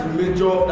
major